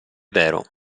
vero